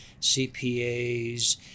cpas